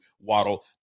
Waddle